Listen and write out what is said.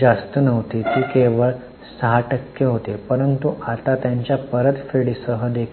जास्त नव्हती ते केवळ 6 टक्के होते परंतु आता त्यांच्या परतफेडसह देखील